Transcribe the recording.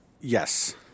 Yes